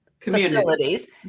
facilities